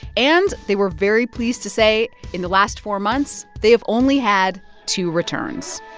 and they were very pleased to say in the last four months, they have only had two returns